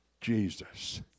jesus